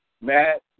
Matt